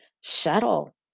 shuttle